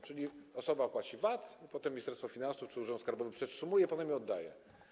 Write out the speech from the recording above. Czyli osoba płaci VAT, a potem Ministerstwo Finansów czy urząd skarbowy przetrzymuje, potem oddaje.